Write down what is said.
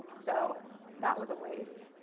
so that was a waste,